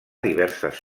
diverses